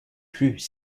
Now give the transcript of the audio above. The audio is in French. plus